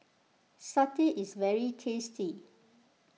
Satay is very tasty